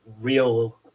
real